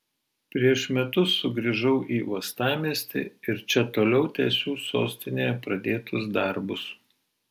prieš metus sugrįžau į uostamiestį ir čia toliau tęsiu sostinėje pradėtus darbus